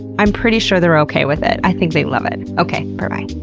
i'm pretty sure they're okay with it. i think they love it. okay. berbye.